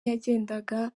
yagendaga